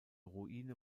ruine